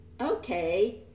Okay